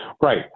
Right